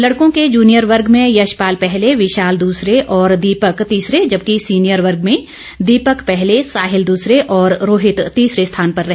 लडकों के जनियर वर्ग में यशपाल पहले विशाल दूसरे और दीपक तीसरे जबकि सीनियर वर्ग में दीपक पहले साहिल दूसरे और रोहित तीसरे स्थान पर रहे